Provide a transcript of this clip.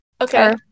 Okay